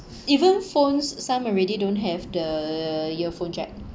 even phones s~ some already don't have the earphone jack